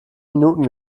minuten